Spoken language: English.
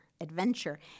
adventure